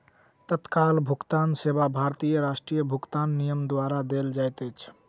तत्काल भुगतान सेवा भारतीय राष्ट्रीय भुगतान निगम द्वारा देल जाइत अछि